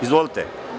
Izvolite.